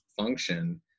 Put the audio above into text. function